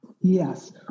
Yes